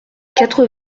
quatre